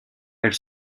elle